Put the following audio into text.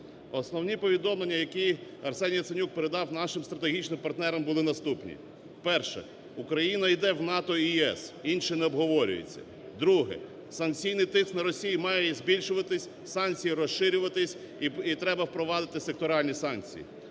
Основні повідомлення, які Арсеній Яценюк передав нашим стратегічним партнерам, були наступні. Перше. Україна іде в НАТО і ЄС, інше не обговорюється. Друге. Санкційний тиск на Росію має збільшуватись, санкції розширюватись і треба провадити секторальні санкції.